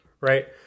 right